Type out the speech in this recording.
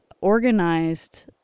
organized